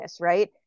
right